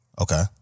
Okay